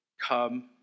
Come